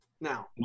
Now